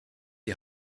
die